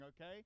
okay